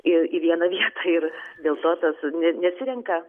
į į vieną vietą ir vėl to tas ne nesirenka